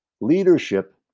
leadership